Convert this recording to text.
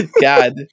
God